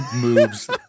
moves